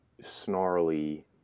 snarly